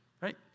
Right